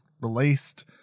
released